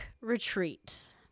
retreat